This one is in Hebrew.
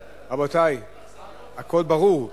רבותי, הכול ברור.